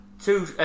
two